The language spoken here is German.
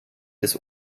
des